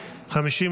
נתקבלה.